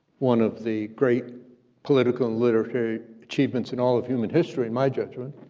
one of the great political literary achievements in all of human history, in my judgment,